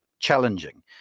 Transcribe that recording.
Challenging